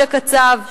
משה קצב,